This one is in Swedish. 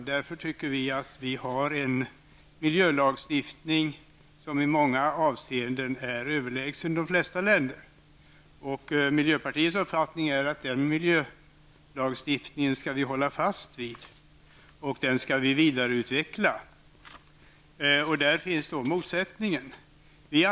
Vi miljöpartister anser att Sverige har en miljölagstiftning som i många avseenden är överlägsen de flesta länders. Miljöpartiets uppfattning är att vi skall hålla fast vid den miljölagstiftningen och vidareutveckla den. Det är här som motsättningen finns.